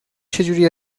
چجوری